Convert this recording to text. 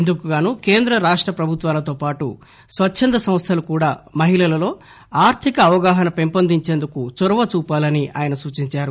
ఇందుకుగాను కేంద్ర రాష్ట ప్రభుత్వాలతో పాటు స్వచ్చంద సంస్థలు కూడా మహిళలలో ఆర్లిక అవగాహన పెంపొందించేందుకు చొరవ చూపాలని ఆయన సూచించారు